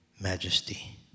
majesty